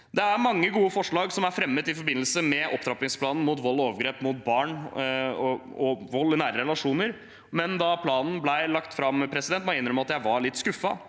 Det er mange gode forslag som er fremmet i forbindelse med opptrappingsplanen mot vold og overgrep mot barn og vold i nære relasjoner, men da planen ble lagt fram, må jeg innrømme at jeg var litt skuffet